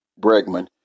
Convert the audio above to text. Bregman